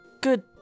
good